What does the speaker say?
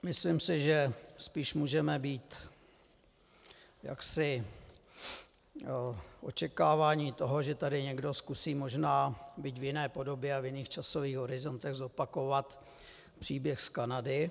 Myslím si, že spíš můžeme být v očekávání toho, že tady někdo zkusí možná, byť v jiné podobě a v jiných časových horizontech, zopakovat příběh z Kanady.